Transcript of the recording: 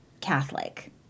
Catholic